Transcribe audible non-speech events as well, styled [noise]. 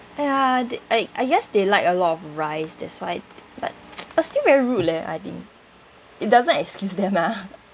!aiya! they I I guess they like a lot of rice that's why but [noise] but still very rude leh I think it doesn't excuse them ah